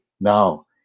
now